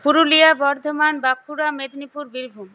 Purulia Bardhaman Bankura Medinipur Birbhum